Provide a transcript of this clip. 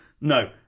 No